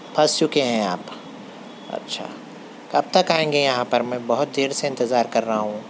پھنس چُکے ہیں آپ اچھا کب تک آئیں گے یہاں پر میں بہت دیر سے انتظار کر رہا ہوں